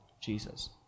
Jesus